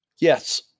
Yes